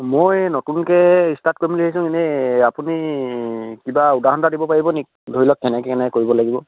মই নতুনকৈ ষ্টাৰ্ট কৰিম বুলি ভাবিছোঁ এনেই আপুনি কিবা উদাহৰণ এটা দিব পাৰিবনি ধৰি লওক কেনেকৈ কেনেকৈ কৰিব লাগিব